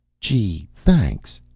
gee, thanks,